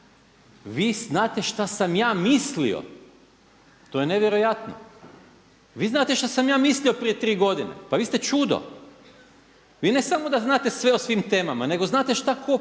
vi znate što sam ja mislio. To je nevjerojatno. Vi znate što sam ja mislio prije tri godine. Pa vi ste čudo! Vi ne samo da znate sve o svim temama, nego znate šta tko